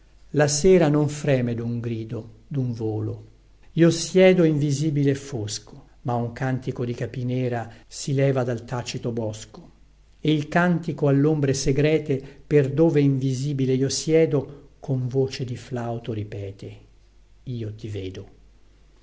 la sera non freme dun grido dun volo io siedo invisibile e fosco ma un cantico di capinera si leva dal tacito bosco e il cantico allombre segrete per dove invisibile io siedo con voce di flauto ripete io ti vedo